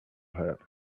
had